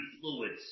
fluids